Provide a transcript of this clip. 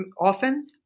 often